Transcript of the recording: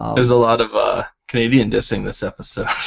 there's a lot of ah canadian dissing this episode.